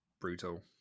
brutal